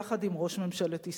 יחד עם ראש ממשלת ישראל,